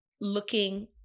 looking